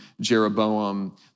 Jeroboam